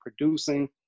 producing